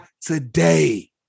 today